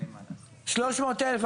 300,000,